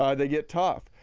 ah they get tough.